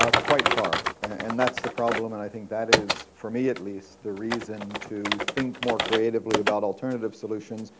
ah quite far. and thats the problem. and i think that is, for me, at least, the reason to think more creatively about alternative solutions,